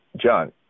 john